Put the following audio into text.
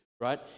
Right